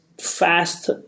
fast